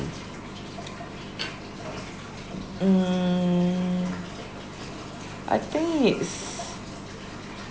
mm I think it's